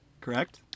Correct